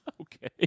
Okay